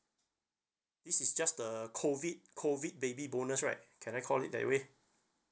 this is just the COVID COVID baby bonus right can I call it that way